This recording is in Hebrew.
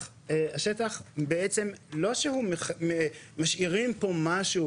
השטח בעצם זה לא שמשאירים בו משהו,